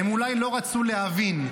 הם אולי לא רצו להבין.